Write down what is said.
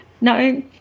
No